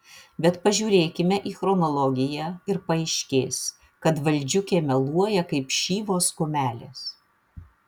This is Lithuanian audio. bet pažiūrėkime į chronologiją ir paaiškės kad valdžiukė meluoja kaip šyvos kumelės